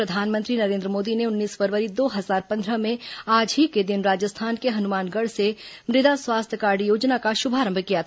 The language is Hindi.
प्रधानमंत्री नरेंद्र मोदी ने उन्नीस फरवरी दो हजार पंद्रह में आज ही दिन राजस्थान के हनुमानगढ से मृदा स्वास्थ्य कार्ड योजना का शुभारंभ किया था